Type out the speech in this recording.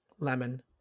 Lemon